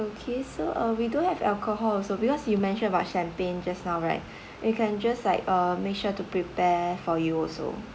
okay so uh we do have alcohol also because you mentioned about champagne just now right we can just like uh make sure to prepare for you also